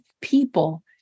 people